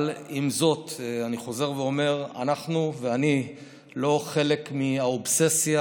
אבל עם זאת אני חוזר ואומר: אנחנו ואני לא חלק מהאובססיה